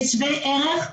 בשווי ערך,